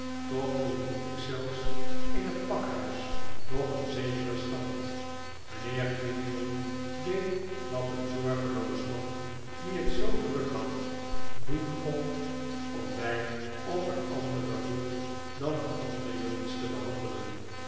toch behield ik zelfs in het pakhuis nog een zekeren stand mijnheer quinion deed wat een zorgeloos man die het zoo druk had doen kon om mij op een anderen voet dan de andere jongens te behandelen